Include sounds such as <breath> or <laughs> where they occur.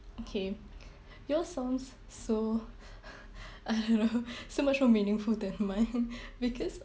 okay yours sounds so <breath> <laughs> <breath> I don't know so much more meaningful than mine <laughs> <breath> because